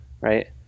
right